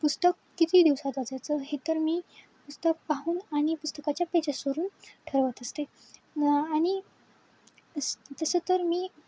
पुस्तक किती दिवसात वाचायचं हे तर मी पुस्तक पाहून आणि पुस्तकाच्या पेजेसवरून ठरवत असते आणि तसं तर मी